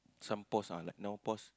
some pause ah like now pause